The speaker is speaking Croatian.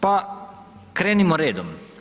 Pa krenimo redom.